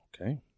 Okay